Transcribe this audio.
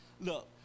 look